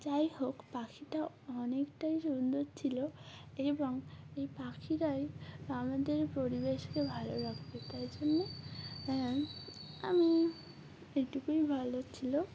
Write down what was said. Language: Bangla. যাই হোক পাখিটা অনেকটাই সুন্দর ছিল এবং এই পাখিরাই আমাদের পরিবেশকে ভালো রাখবে তাই জন্যে আমি এটুকুই বলার ছিল